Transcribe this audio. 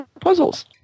puzzles